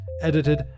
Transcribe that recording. edited